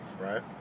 right